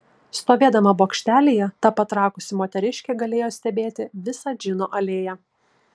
stovėdama bokštelyje ta patrakusi moteriškė galėjo stebėti visą džino alėją